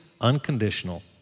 unconditional